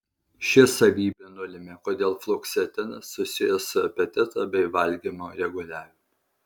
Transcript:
ši savybė nulemia kodėl fluoksetinas susijęs su apetito bei valgymo reguliavimu